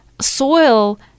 soil